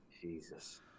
Jesus